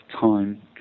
time